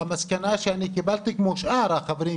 המסקנה שהגעתי אליה כמו שאר החברים,